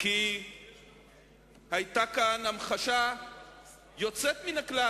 כי היתה כאן המחשה יוצאת מן הכלל,